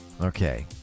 Okay